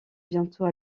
bientôt